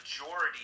majority